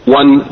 one